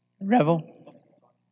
Revel